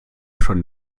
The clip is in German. schon